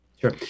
Sure